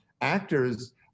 actors